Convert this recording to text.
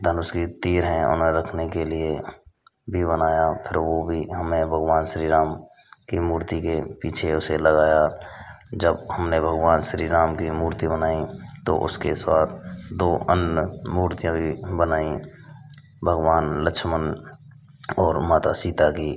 धनुष के तीर हैं उन्हें रखने के लिए भी बनाया फिर वह भी हमने भगवान श्री राम की मूर्ति के पीछे उसे लगाया जब हमने भगवान श्री राम की मूर्ति बनाई तो उसके साथ दो अन्य मूर्तियाँ भी बनाई भगवान लक्षमण और माता सीता की